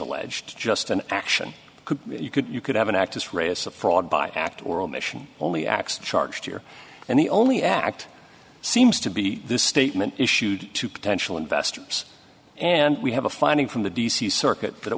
alleged just an action could you could you could have an actress race of fraud by act or omission only x charged here and the only act seems to be this statement issued to potential investors and we have a finding from the d c circuit that it